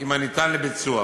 עם הניתן לביצוע.